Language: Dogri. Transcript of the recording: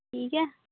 ठीक ऐ